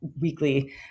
weekly